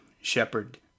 shepherd